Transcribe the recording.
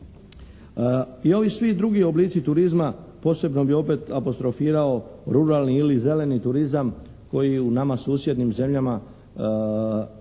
I ovi svi drugi oblici turizma, posebno bih opet apostrofirao ruralni ili zeleni turizam koji u nama susjednim zemljama je